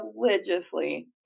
religiously